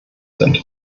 sind